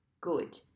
good